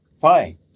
fine